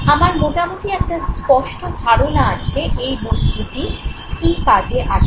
আমার মোটামুটি একটা স্পষ্ট ধারণা আছে এই বস্তুটি কী কাজে আসে